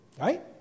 Right